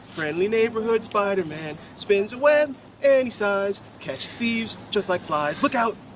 friendly neighborhood spiderman! spins web any size, catch thieves, just like flies. look out!